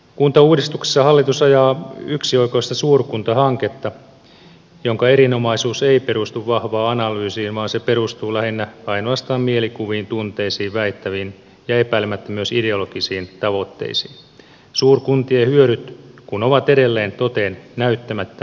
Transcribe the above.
kuntauudistuksessa hallitus ajaa yksioikoista suurkuntahanketta jonka erinomaisuus ei perustu vahvaan analyysiin vaan se perustuu lähinnä ainoastaan mielikuviin tunteisiin väittämiin ja epäilemättä myös ideologisiin tavoitteisiin suurkuntien hyödyt kun ovat edelleen toteen näyttämättä